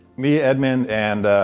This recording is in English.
me, edmund, and